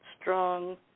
Strong